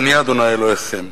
אני ה' אלהיכם.